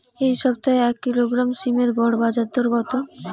এই সপ্তাহে এক কিলোগ্রাম সীম এর গড় বাজার দর কত?